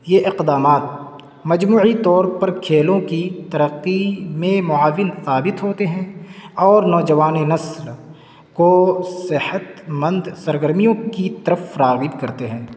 یہ اقدامات مجموعی طور پر کھیلوں کی ترقی میں معاون ثابت ہوتے ہیں اور نوجوان نسل کو صحت مند سرگرمیوں کی طرف راغب کرتے ہیں